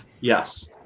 Yes